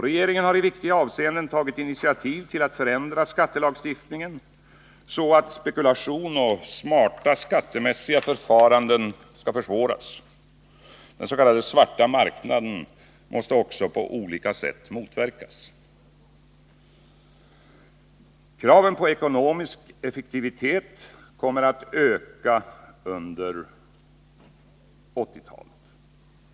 Regeringen har i viktiga avseenden tagit initiativ till att förändra skattelagstiftningen, så att spekulation och smarta skattemässiga förfaranden skall försvåras. Den s.k. svarta marknaden måste också på olika sätt motverkas. Kraven på ekonomisk effektivitet kommer att öka under 1980-talet.